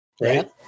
right